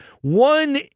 one